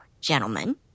gentlemen